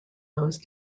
those